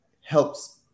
helps